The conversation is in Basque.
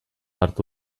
hartu